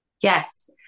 Yes